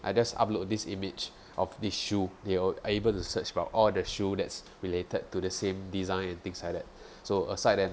I just upload this image of this shoes it will able to search about all the shoes that's related to the same design and things like that so aside then